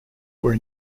were